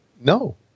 No